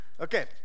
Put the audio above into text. Okay